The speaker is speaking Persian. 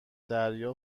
دریا